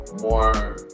more